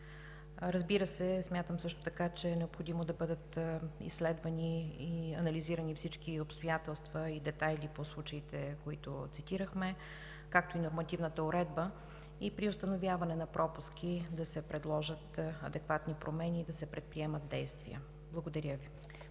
Разбира се, смятам също така, че е необходимо да бъдат изследвани и анализирани всички обстоятелства и детайли по случаите, които цитирахме, както и нормативната уредба, и при установяване на пропуски да се предложат адекватни промени и да се предприемат действия. Благодаря Ви.